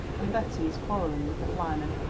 and betty is quarrelling with the flyman.